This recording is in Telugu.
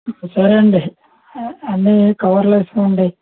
సరే అండి అన్నీ కవర్లో వేసుకోండి